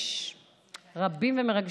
יש רבים מאוד,